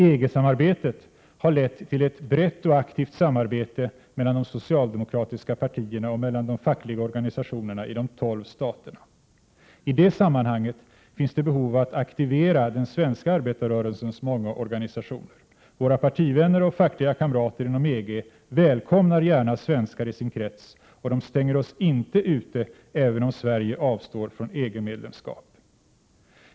EG-samarbetet har lett till ett brett och aktivt samarbete mellan de socialdemokratiska partierna och mellan de fackliga organisationerna i de tolv staterna. I det sammanhanget finns det behov av att aktivera den svenska arbetarrörelsens många organisationer. Våra partivänner och fackliga kamrater inom EG väkomnar gärna svenskar i sin krets, och de stänger oss inte ute även om Sverige avstår från EG-medlemskap.